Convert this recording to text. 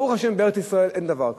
ברוך השם בארץ-ישראל אין דבר כזה.